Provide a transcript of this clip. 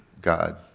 God